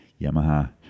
Yamaha